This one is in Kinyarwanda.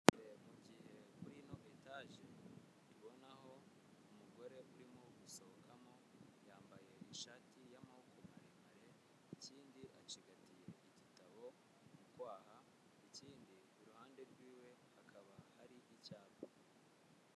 Mu gihe kuri ino eteje, tubonaho umugore urimo gusohokamo yambaye ishati y'amaboko maremare ikindi acigatiye igitabo, mu kwaha ikindi ku ruhande rw'iwe hakaba hari icyapa.